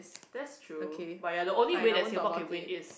that's true but ya the only way that Singapore can win is